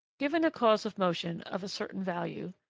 given a cause of motion of a certain value,